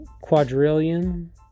quadrillion